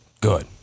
good